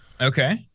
okay